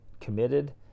committed